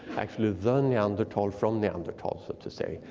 actually the neanderthal from neanderthal, so to say.